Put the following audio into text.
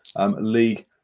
league